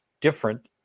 different